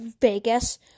Vegas